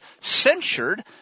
censured